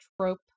trope